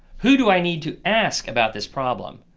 who do i need to ask about this problem?